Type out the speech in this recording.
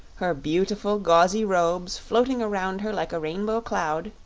her beautiful gauzy robes floating around her like a rainbow cloud,